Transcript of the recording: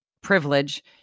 privilege